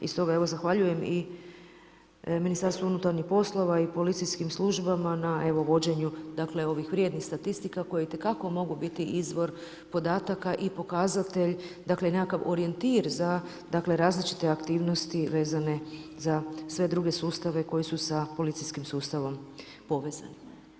I stoga, evo, zahvaljujem i MUP-u i policijskim službama na evo, vođenju dakle ovih vrijednih statistika koje itekako mogu biti izvor podataka i pokazatelj, dakle nekakav orijentir za dakle, različite aktivnosti vezane za sve druge sustave koji su sa policijskim sustavom povezani.